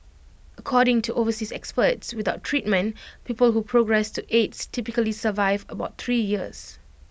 according to overseas experts without treatment people who progress to aids typically survive about three years